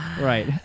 Right